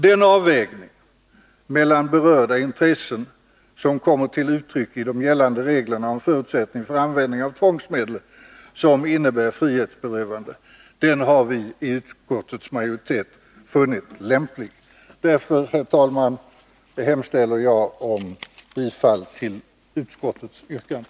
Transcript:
Den avvägning mellan berörda intressen som kommer till uttryck i gällande regler om förutsättningar för användning av tvångsmedel som innebär ett frihetsberövande har vi i utskottets majoritet funnit lämplig. Därför yrkar jag, herr talman, bifall till utskottets hemställan.